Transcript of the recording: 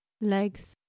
legs